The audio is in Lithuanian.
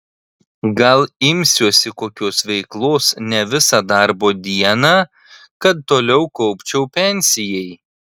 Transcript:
gal imsiuosi kokios veiklos ne visą darbo dieną kad toliau kaupčiau pensijai